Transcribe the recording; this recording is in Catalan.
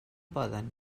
poden